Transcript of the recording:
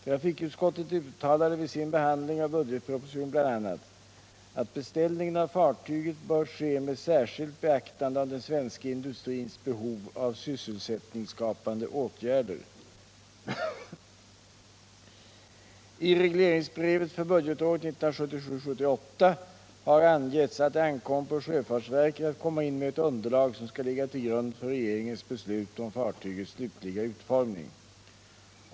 Trafikutskottet uttalade vid sin behandling av budgetpropositionen bl.a. att beställningen av fartyget bör ske med särskilt beaktande av den svenska industrins behov av sysselsättningsskapande åtgärder. I regleringsbrevet för budgetåret 1977/78 har angetts att det ankommer på sjöfartsverket att komma in med ett underlag som skall ligga till grund för regeringens beslut om fartygets slutliga utformning.